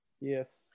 Yes